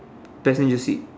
passenger seat